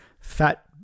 Fat